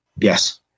Yes